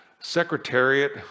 Secretariat